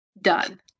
Done